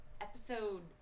episode